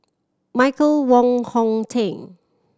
Michael Wong Hong Teng